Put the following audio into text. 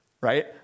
right